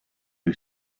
who